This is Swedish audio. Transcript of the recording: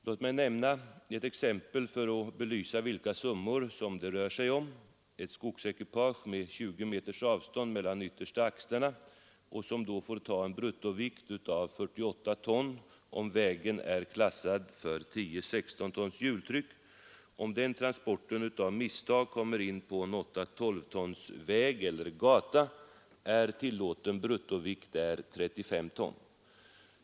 Låt mig nämna ett exempel för att belysa vilka summor det rör sig om. Ett skogsekipage med 20 meters avstånd mellan de yttersta axlarna får ta en bruttovikt på 48 ton, om vägen är klassad för 10 12 tons väg eller gata, där tillåten bruttovikt är 35 ton.